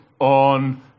on